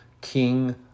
king